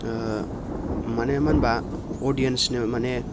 ओ माने मानो होनब्ला अडियेन्सनो माने